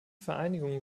vereinigung